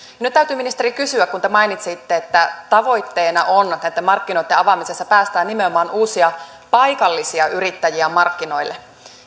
nyt täytyy ministeri kysyä kun te mainitsitte että tavoitteena on että markkinoitten avaamisessa pääsee nimenomaan uusia paikallisia yrittäjiä markkinoille